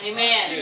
Amen